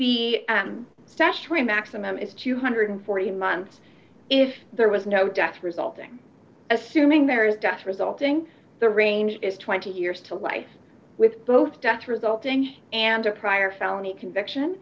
specially maximum is two hundred and forty months if there was no death resulting assuming there is such resulting the range is twenty years to life with both death resulting and a prior felony conviction